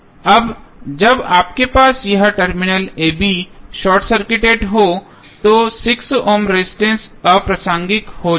अब जब आपके पास यह terminal a b short circuited हो तो 6 ओम रेजिस्टेंस अप्रासंगिक हो जाएगा